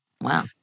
Wow